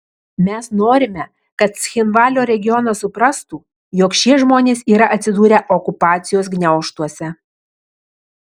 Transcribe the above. mes norime kad cchinvalio regionas suprastų jog šie žmonės yra atsidūrę okupacijos gniaužtuose